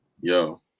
Yo